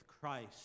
Christ